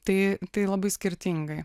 tai tai labai skirtingai